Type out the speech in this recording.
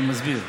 אני מסביר.